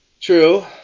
True